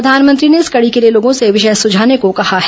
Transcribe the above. प्रधानमंत्री ने इस कड़ी के लिए लोगों से विषय सुझाने को कहा है